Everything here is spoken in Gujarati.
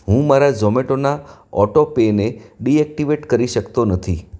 હું મારા ઝોમેટોના ઓટો પેને ડીએક્ટીવેટ કરી શકતો નથી